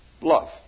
love